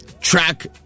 track